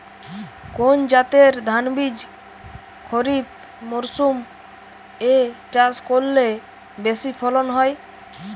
কোন জাতের ধানবীজ খরিপ মরসুম এ চাষ করলে বেশি ফলন হয়?